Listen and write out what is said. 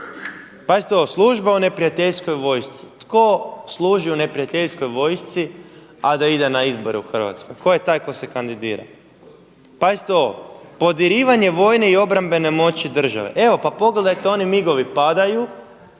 Pazite ovo: služba u neprijateljskog vojsci. Tko je služio u neprijateljskoj vojsci a da ide na izbore u Hrvatskoj? Tko je taj tko se kandidira? Pazite ovo! Podrivanje vojne i obrambene moći države. Evo, pa pogledajte oni migovi padaju,